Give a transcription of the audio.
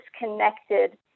disconnected